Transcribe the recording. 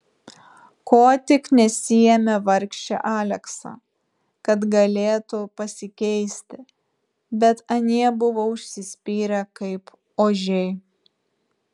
ko tik nesiėmė vargšė aleksa kad galėtų pasikeisti bet anie buvo užsispyrę kaip ožiai